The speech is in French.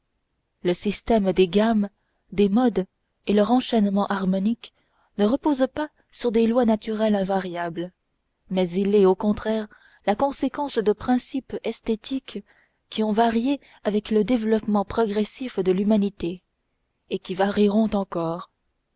le système des gammes des modes et de leur enchaînement harmonique ne repose pas sur des lois naturelles invariables mais il est au contraire la conséquence de principes esthétiques qui ont varié avec le développement progressif de l'humanité et qui varieront encore